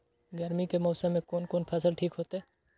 गर्मी के मौसम में कोन कोन फसल ठीक होते?